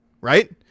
right